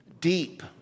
deep